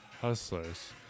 Hustlers